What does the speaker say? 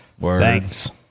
Thanks